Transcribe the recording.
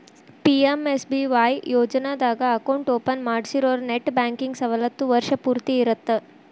PMSBY ಯೋಜನಾದಾಗ account open ಮಾಡ್ಸಿರೋರು net banking ಸವಲತ್ತು ವರ್ಷ್ ಪೂರ್ತಿ ಇರತ್ತ